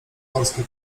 morskie